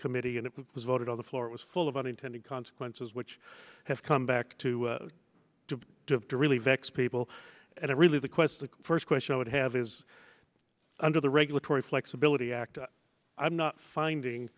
committee and it was voted on the floor was full of unintended consequences which have come back to have to really vex people and it really the question the first question i would have is under the regulatory flexibility act i'm not finding